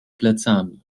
plecami